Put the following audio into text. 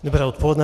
Dobré odpoledne.